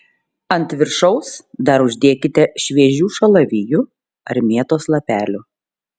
ant viršaus dar uždėkite šviežių šalavijų ar mėtos lapelių